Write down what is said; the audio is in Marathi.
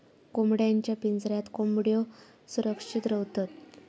कोंबड्यांच्या पिंजऱ्यात कोंबड्यो सुरक्षित रव्हतत